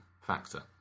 factor